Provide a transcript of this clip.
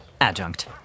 Adjunct